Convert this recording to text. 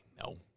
no